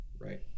Right